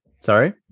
sorry